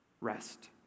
Rest